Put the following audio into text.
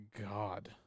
God